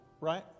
right